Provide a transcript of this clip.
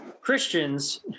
Christians